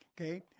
okay